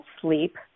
sleep